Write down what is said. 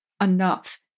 enough